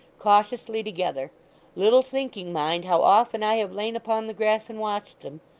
cautiously together little thinking, mind, how often i have lain upon the grass and watched them.